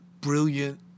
brilliant